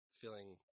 feeling